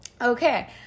okay